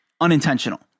unintentional